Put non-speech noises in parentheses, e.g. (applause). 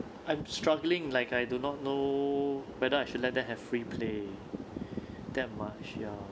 I'm struggling like I do not know whether I should let them have free play (breath) that much ya